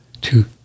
two